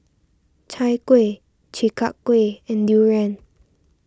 Chai Kueh Chi Kak Kuih and Durian